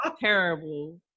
terrible